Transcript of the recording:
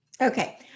Okay